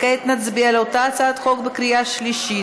כעת נצביע על אותה הצעת חוק בקריאה שלישית.